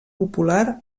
popular